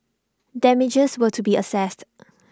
damages were to be assessed